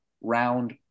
round